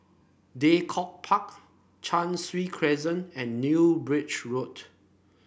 Draycott Park Cheng Soon Crescent and New Bridge Road